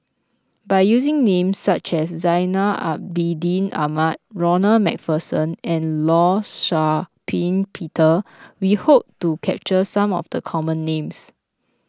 by using names such as Zainal Abidin Ahmad Ronald MacPherson and Law Shau Ping Peter we hope to capture some of the common names